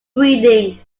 breeding